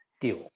deal